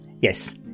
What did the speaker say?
Yes